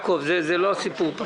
זה לא הסיפור.